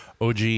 OG